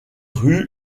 rues